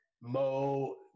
Mo